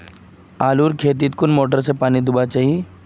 आलूर खेतीत कुन मोटर से पानी दुबा चही?